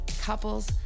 couples